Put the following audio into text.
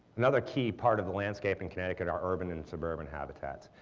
another key part of the landscape in connecticut are urban and suburban habitats.